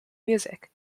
music